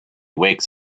wakes